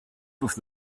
life